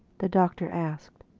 the doctor asked.